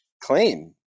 claim